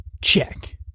Check